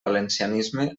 valencianisme